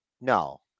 No